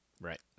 Right